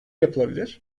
yapılabilir